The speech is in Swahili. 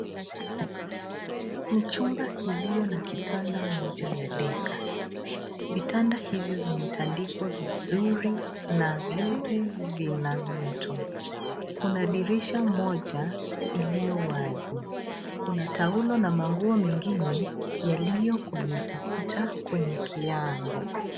Ni chumba iliyo na kitanda moja ya deka. Vitanda hivyo vimetandikwa vizuri na vyote vina mto. Kuna dirisha moja iliyo wazi. Kuna taulo na manguo mengine yaliyo kwenye ukuta kwenye kiango.